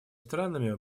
странами